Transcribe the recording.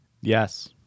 yes